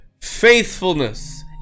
Faithfulness